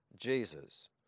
Jesus